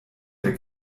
der